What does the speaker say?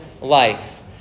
life